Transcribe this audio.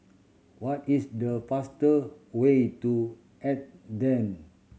what is the faster way to Athen